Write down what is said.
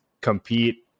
compete